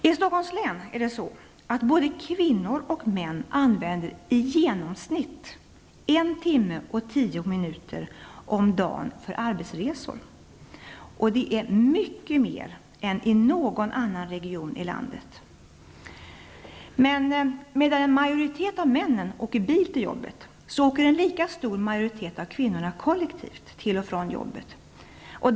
I Stockholms län använder både kvinnor och män i genomsnitt en timme och tio minuter om dagen för arbetsresor. Det är mycket mer än i någon annan region i landet. Medan en majoritet av männen åker bil till jobbet, åker en lika stor majoritet av kvinnorna kollektivt till och från jobbet.